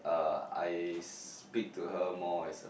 uh I speak to her more as a f~